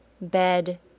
bed